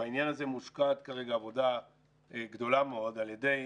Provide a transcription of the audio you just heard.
בעניין הזה מושקעת כרגע עבודה גדולה מאוד על ידי